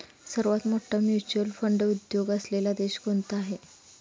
सर्वात मोठा mutual fund उद्योग असलेला देश कोणता आहे?